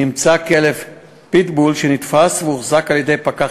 נמצא כלב פיטבול שנתפס והוחזק על-ידי פקח